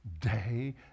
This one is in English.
day